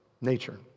nature